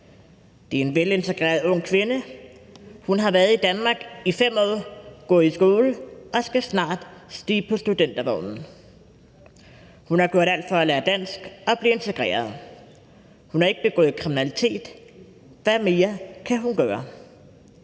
det er en velintegreret ung kvinde, hun har været i Danmark i 5 år, går i skole og skal snart stige på studentervognen. Hun har gjort alt for at lære dansk og blive integreret, hun har ikke begået kriminalitet. Hvad mere kan hun gøre?